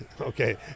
okay